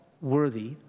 worthy